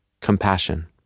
Compassion